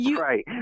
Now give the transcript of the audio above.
Right